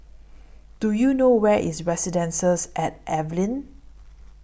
Do YOU know Where IS Residences At Evelyn